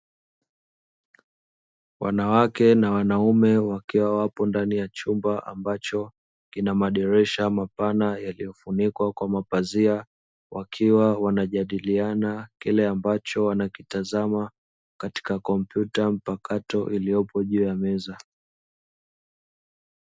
Wanawake na wanaume wakiwa wapo ndani ya chumba, ambacho kina madirisha mapana yaliyofunikwa kwa mapazia, wakiwa wanajadiliana kile ambacho wanakitazama katika kompyuta mpakato iliyopo juu ya meza.